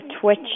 twitch